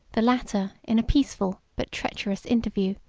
the latter in a peaceful but treacherous interview,